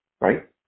right